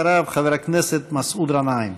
אחריו, חבר כנסת מסעוד גנאים.